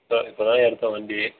இப்போ இப்போ தான் எடுத்தேன் வண்டி